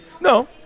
No